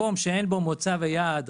מקום שאין בו רכבת במוצא וביעד